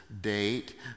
date